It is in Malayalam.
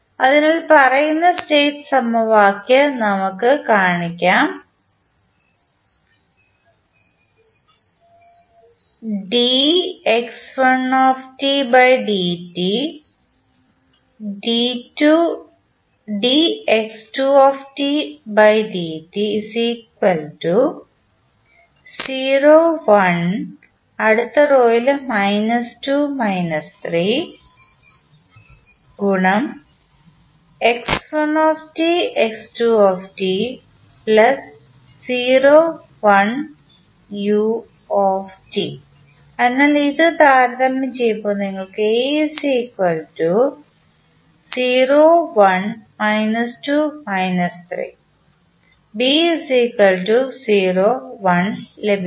അതിനാൽ പറയുന്ന സ്റ്റേറ്റ് സമവാക്യം നമുക്ക് പരിഗണിക്കാം അതിനാൽ ഇത് താരതമ്യം ചെയ്യുമ്പോൾ നിങ്ങൾക്ക് ലഭിക്കും